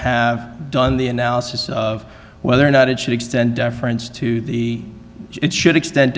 have done the analysis of whether or not it should extend deference to the it should extend